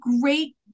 great